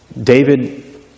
David